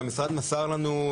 והמשרד מסר לנו,